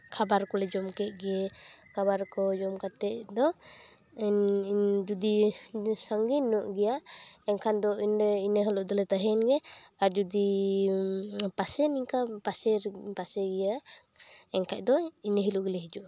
ᱠᱷᱟᱵᱟᱨ ᱠᱚᱞᱮ ᱡᱚᱢ ᱠᱮᱫ ᱜᱮ ᱠᱷᱟᱵᱟᱨ ᱠᱚ ᱡᱚᱢ ᱠᱟᱛᱮᱫ ᱫᱚ ᱤᱧ ᱤᱧ ᱡᱩᱫᱤ ᱥᱟᱺᱜᱤᱧ ᱧᱚᱜ ᱜᱮᱭᱟ ᱮᱱᱠᱷᱟᱱ ᱫᱚ ᱚᱸᱰᱮ ᱤᱱᱟᱹ ᱦᱤᱞᱳᱜ ᱫᱚᱞᱮ ᱛᱟᱦᱮᱭᱮᱱ ᱜᱮ ᱟᱨ ᱡᱩᱫᱤ ᱯᱟᱥᱮᱡ ᱱᱤᱝᱠᱟᱹ ᱯᱟᱥᱮ ᱯᱟᱥᱮ ᱜᱮᱭᱟ ᱮᱱᱠᱷᱟᱱ ᱫᱚ ᱤᱱᱟᱹ ᱦᱚᱞᱳᱜ ᱜᱮᱞᱮ ᱦᱤᱡᱩᱜᱼᱟ